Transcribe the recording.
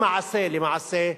למעשה,